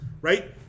right